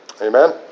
Amen